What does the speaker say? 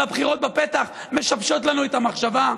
אבל הבחירות שבפתח משבשות לנו את המחשבה?